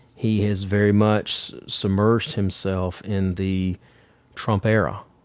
he has very much submerged himself in the trump era.